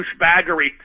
douchebaggery